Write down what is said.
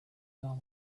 your